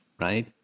right